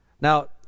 Now